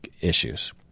issues